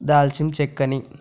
దాల్చిన చెక్కని